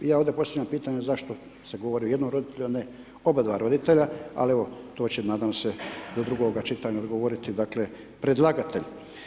Ja ovdje postavljam pitanje zašto se govori o jednom roditelju, a ne oba dva roditelja, ali to će evo, nadam se do drugoga čitanja odgovoriti dakle, predlagatelj.